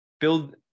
build